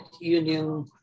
Union